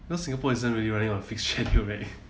because singapore isn't really running on fixed schedule right